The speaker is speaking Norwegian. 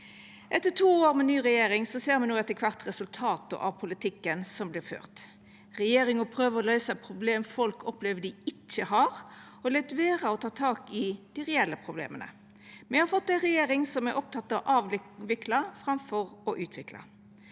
Etter to år med ny regjering ser me no resultata av politikken som vert ført. Regjeringa prøver å løysa problem folk opplever dei ikkje har, og lèt vera å ta tak i dei reelle problema. Me har fått ei regjering som er oppteken av å avvikla framfor å utvikla.